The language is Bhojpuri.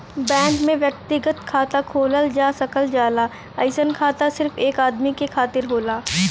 बैंक में व्यक्तिगत खाता खोलल जा सकल जाला अइसन खाता सिर्फ एक आदमी के खातिर होला